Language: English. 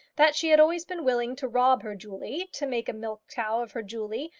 that she had always been willing to rob her julie, to make a milch-cow of her julie,